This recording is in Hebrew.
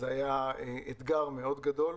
זה היה אתגר מאוד גדול.